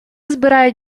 збирають